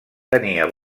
tenia